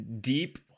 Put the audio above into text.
deep